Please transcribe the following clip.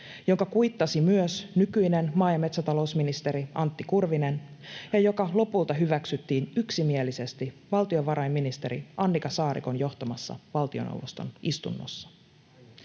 jonka kuittasi myös nykyinen maa‑ ja metsätalousministeri Antti Kurvinen ja joka lopulta hyväksyttiin yksimielisesti valtiovarainministeri Annika Saarikon johtamassa valtioneuvoston istunnossa.